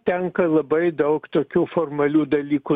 tenka labai daug tokių formalių dalykų